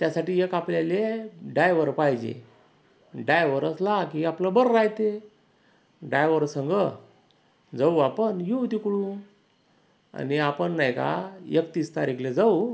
त्यासाठी एक आपल्याला डायव्हर पाहिजे डायव्हर असला की आपलं बरं राहते डायव्हर संगं जाऊ आपण येऊ तिकडून आणि आपण नाही का एकतीस तारीखला जाऊ